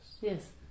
Yes